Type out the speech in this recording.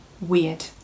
weird